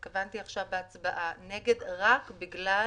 התכוונתי עכשיו בהצבעה נגד רק בגלל